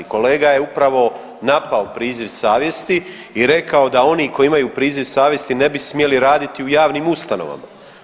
Kolega je upravo napao priziv savjesti i rekao da oni koji imaju priziv savjesti ne bi smjeli raditi u javnim ustanovama.